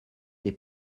des